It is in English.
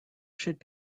should